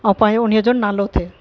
ऐं पंहिंजो उनजो नालो थिए